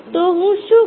તો હું શું કરીશ